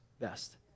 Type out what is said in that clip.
best